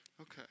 Okay